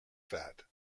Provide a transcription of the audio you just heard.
fat